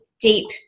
deep